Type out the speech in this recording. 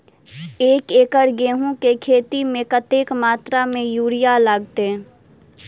एक एकड़ गेंहूँ केँ खेती मे कतेक मात्रा मे यूरिया लागतै?